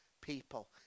people